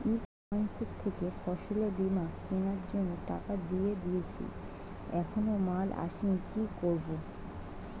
ই commerce থেকে ফসলের বীজ কেনার জন্য টাকা দিয়ে দিয়েছি এখনো মাল আসেনি কি করব?